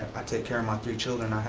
i take care of my three children.